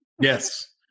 Yes